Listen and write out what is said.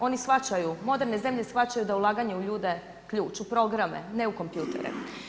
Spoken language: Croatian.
Oni shvaćaju, moderne zemlje shvaćaju da ulaganje u ljude je ključ, u programe ne u kompjutere.